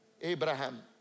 Abraham